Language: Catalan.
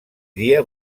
dia